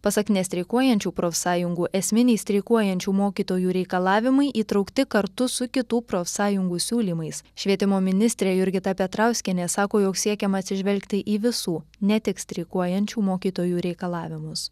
pasak nestreikuojančių profsąjungų esminiai streikuojančių mokytojų reikalavimai įtraukti kartu su kitų profsąjungų siūlymais švietimo ministrė jurgita petrauskienė sako jog siekiama atsižvelgti į visų ne tik streikuojančių mokytojų reikalavimus